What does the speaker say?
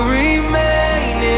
remain